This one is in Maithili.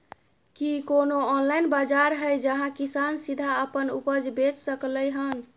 की कोनो ऑनलाइन बाजार हय जहां किसान सीधा अपन उपज बेच सकलय हन?